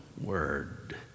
word